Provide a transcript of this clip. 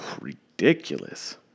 ridiculous